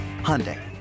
Hyundai